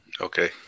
Okay